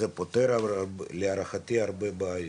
זה פותר להערכתי הרבה בעיות.